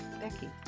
Becky